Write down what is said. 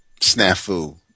snafu